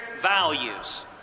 values